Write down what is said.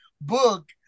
book